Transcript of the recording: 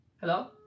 Hello